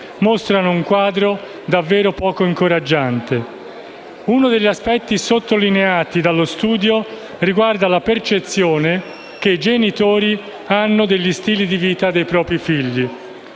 mostrano un quadro davvero poco incoraggiante. Uno degli aspetti sottolineati dallo studio riguarda la percezione che i genitori hanno degli stili di vita dei propri figli: